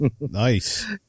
Nice